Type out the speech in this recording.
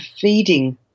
feeding